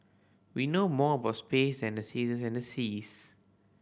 we know more about space than the seasons and the seas